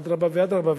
אדרבה ואדרבה.